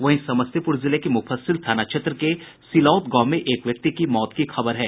वहीं समस्तीपुर जिले के मुफस्सिल थाना क्षेत्र के सिलौत गांव में एक व्यक्ति की मौत की खबर है